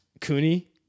Cooney